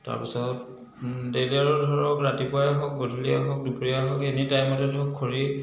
তাৰ পাছত তেতিয়া আৰু ধৰক ৰাতিপুৱাই হওক গধূলিয়ে হওক দুপৰীয়াই হওক এনি টাইমতে ধৰক খৰি